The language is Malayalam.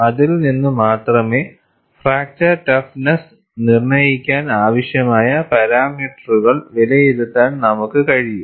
അതിൽ നിന്ന് മാത്രമേ ഫ്രാക്ചർ ടഫ്നെസ്സ് നിർണ്ണയിക്കാൻ ആവശ്യമായ പാരാമീറ്ററുകൾ വിലയിരുത്താൻ നമുക്ക് കഴിയൂ